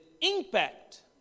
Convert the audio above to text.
impact